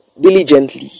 diligently